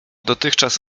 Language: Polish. dotychczas